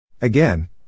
Again